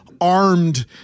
armed